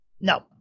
No